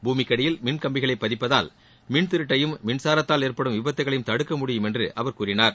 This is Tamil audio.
பூமிக்கடியில் மின் கம்பிகளை பதிப்பதால் மின் திருட்டையும் மின்சாரத்தால் ஏற்படும் விபத்துக்களையும் தடுக்க முடியும் என்று அவர் கூறினார்